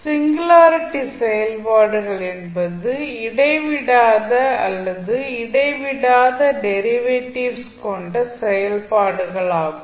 singularity செயல்பாடுகள் என்பது இடைவிடாத அல்லது இடைவிடாத டெரிவேட்டிவ்ஸ் கொண்ட செயல்பாடுகளாகும்